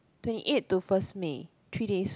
twenty eight to first May three days